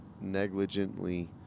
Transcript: negligently